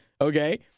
Okay